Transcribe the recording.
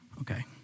Okay